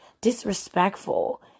disrespectful